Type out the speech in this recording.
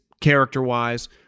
character-wise